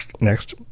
Next